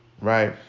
right